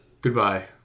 Goodbye